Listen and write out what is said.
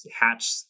hatch